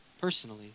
personally